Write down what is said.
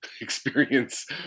experience